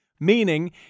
Meaning